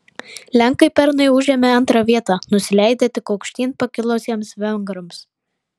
lenkai pernai užėmė antrą vietą nusileidę tik aukštyn pakilusiems vengrams